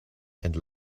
and